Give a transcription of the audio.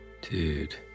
Dude